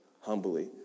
humbly